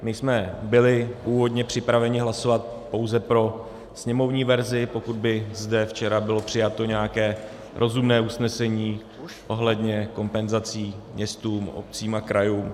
My jsme byli původně připraveni hlasovat pouze pro sněmovní verzi, pokud by zde včera bylo přijato nějaké rozumné usnesení ohledně kompenzací městům, obcím a krajům.